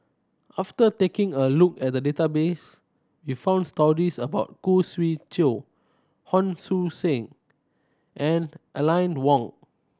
after taking a look at the database we found stories about Khoo Swee Chiow Hon Su Sen and Aline Wong